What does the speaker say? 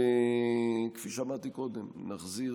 כפי שאמרתי קודם, נחזיר